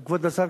כבוד השר,